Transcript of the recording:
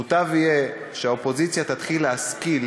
מוטב יהיה שהאופוזיציה תתחיל להשכיל